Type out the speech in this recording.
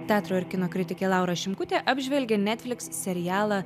teatro ir kino kritikė laura šimkutė apžvelgė netfliks serialą